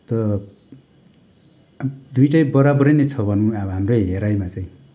त अब दुइटै बराबरी नै छ भनौँ अब हाम्रो हेराइमा चाहिँ